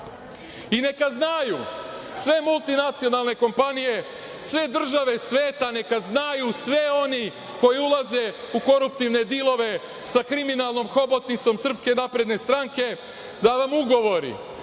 I neka znaju sve multinacionalne kompanije, sve države sveta neka znaju, svi oni koji ulazite u koruptivne dilove sa kriminalnom hobotnicom SNS da vam ugovori,